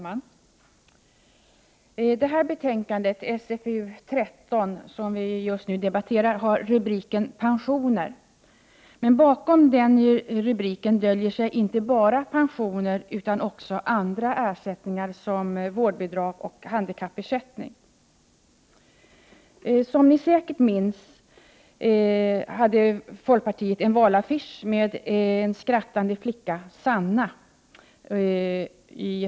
Herr talman! Det betänkande som vi nu behandlar, socialförsäkringsutskottets betänkande 13, har rubriken Pensioner. Bakom den döljer sig inte endast pensioner utan också andra ersättningar, såsom vårdbidrag och handikappersättning. Säkert minns en hel del folkpartiets valaffisch i höstas med den skrattande flickan Sanna.